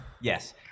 Yes